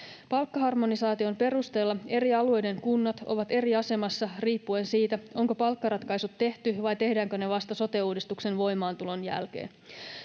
Palkkaharmonisaation perusteella eri alueiden kunnat ovat eri asemassa riippuen siitä, onko palkkaratkaisut tehty vai tehdäänkö ne vasta sote-uudistuksen voimaantulon jälkeen.